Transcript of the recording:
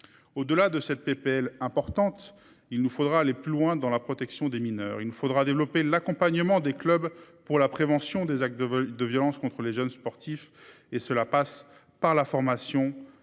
Au delà de cette PPL importante, il nous faudra aller plus loin dans la protection des mineurs. Il ne faudra développer l'accompagnement des clubs pour la prévention des actes de vols et de violences contre les jeunes sportifs et cela passe par la formation.